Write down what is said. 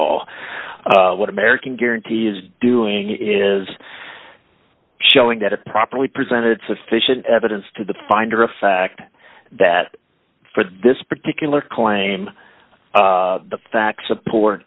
law what american guarantee is doing is showing that a properly presented sufficient evidence to the finder of fact that for this particular claim the facts support